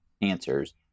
answers